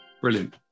Brilliant